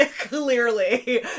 Clearly